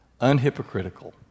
unhypocritical